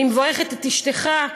אני מברכת את אשתך,